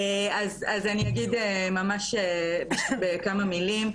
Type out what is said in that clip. אני אגיד בכמה מילים.